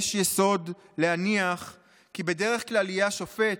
יש יסוד להניח כי בדרך כלל יהיה השופט,